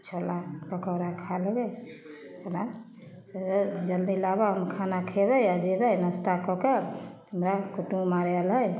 छोला पकोड़ा खा लेबय ओकरा जल्दी लाबऽ हम खाना खेबय आ जेबय नस्ता कए कऽ हमरा कुटुम्ब आर आयल हइ